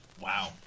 Wow